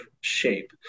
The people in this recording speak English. shape